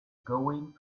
going